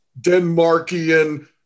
Denmarkian